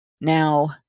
Now